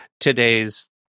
today's